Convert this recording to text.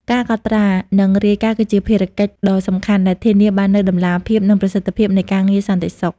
ការកត់ត្រា និងរាយការណ៍ គឺជាភារកិច្ចដ៏សំខាន់ដែលធានាបាននូវតម្លាភាព និងប្រសិទ្ធភាពនៃការងារសន្តិសុខ។